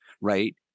right